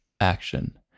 action